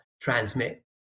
transmit